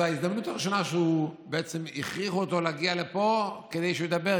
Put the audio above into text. זאת ההזדמנות הראשונה שבעצם הכריחו אותו להגיע לפה כדי שהוא ידבר,